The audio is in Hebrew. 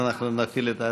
אז אנחנו נפעיל את ההצבעה.